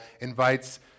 invites